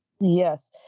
Yes